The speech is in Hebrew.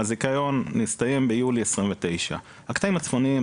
הזיכיון מסתיים ביולי 2029. הקטעים הצפוניים,